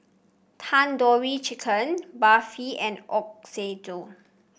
Tandoori Chicken Barfi and Ochazuke